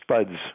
spuds